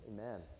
amen